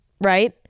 right